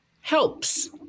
helps